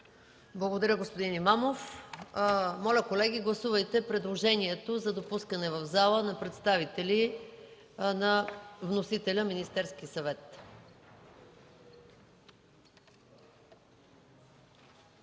Благодаря, господин Имамов. Колеги, моля гласувайте предложението за допускане в залата на представители на вносителя – Министерският съвет.